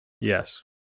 Yes